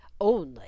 only